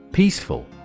Peaceful